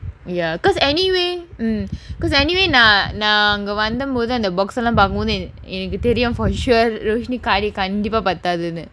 because anyway um because anyway நான் நான் அங்க வந்தபோது அந்த:naan naan anga vanthampothu antha box சலாம் பார்க்கும் போது எனக்கு தெரியும்:salaam paarkum pothu enakku theriyum for sure roshini curry கண்டிப்பா பத்தாதுனு:kandippaa paththaathunu